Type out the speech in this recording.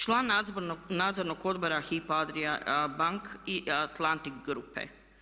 Član Nadzornog odbora Hypo Adria Bank i Atlantic Grupe.